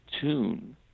tune